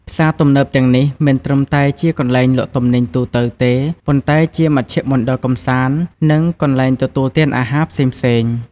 ផ្សារទំនើបទាំងនេះ មិនត្រឹមតែជាកន្លែងលក់ទំនិញទូទៅទេ ប៉ុន្តែជាមជ្ឈមណ្ឌលកម្សាន្ត និងកន្លែងទទួលទានអាហារផ្សេងៗ។